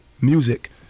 music